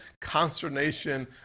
consternation